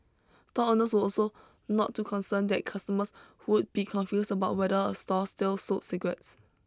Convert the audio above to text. store owners were also not too concerned that customers would be confused about whether a store still sold cigarettes